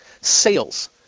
Sales